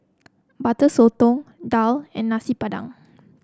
Butter Sotong daal and Nasi Padang